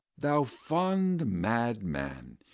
thou fond mad man,